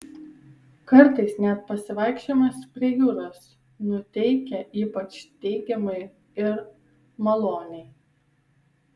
kartais net pasivaikščiojimas prie jūros nuteikia ypač teigiamai ir maloniai